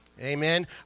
Amen